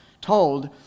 told